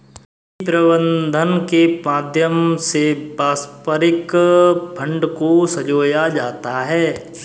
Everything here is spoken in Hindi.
निधि प्रबन्धन के माध्यम से पारस्परिक फंड को संजोया जाता है